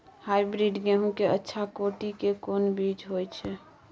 Hybrid गेहूं के अच्छा कोटि के कोन बीज होय छै?